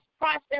process